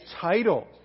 title